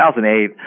2008